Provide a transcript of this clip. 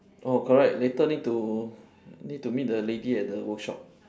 oh correct later need to need to meet the lady at the workshop